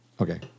Okay